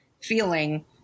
feeling